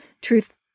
truth